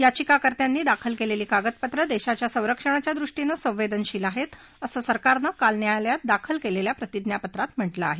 याचिकाकर्त्यांनी दाखल केलेली कागदपत्रं देशाच्या संरक्षणाच्या दृष्टीनं संवेदनशील आहेत असं सरकारनं काल न्यायालयात दाखल केलेल्या प्रतिज्ञा पत्रात म्हटलं आहे